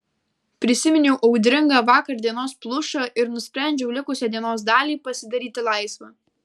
prisiminiau audringą vakardienos plušą ir nusprendžiau likusią dienos dalį pasidaryti laisvą